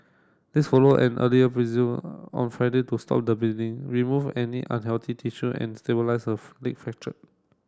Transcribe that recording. this follow an earlier on Friday to stop the bleeding remove any unhealthy tissue and stabilise her leg fracture